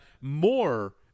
more